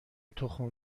تخم